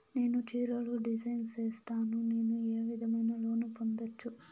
నేను చీరలు డిజైన్ సేస్తాను, నేను ఏ విధమైన లోను పొందొచ్చు